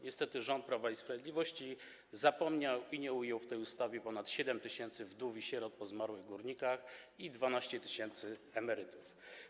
Niestety rząd Prawa i Sprawiedliwości zapomniał i nie ujął w tej ustawie ponad 7 tys. wdów i sierot po zmarłych górnikach i 12 tys. emerytów.